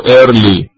early